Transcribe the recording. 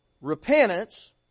repentance